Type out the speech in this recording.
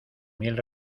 mil